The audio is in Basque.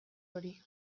hori